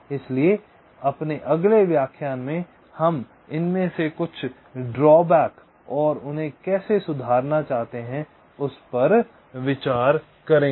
इसलिए अपने अगले व्याख्यान में हम इनमें से कुछ ड्रा बैक और उन्हें कैसे सुधारना चाहते हैं इस पर विचार करेंगे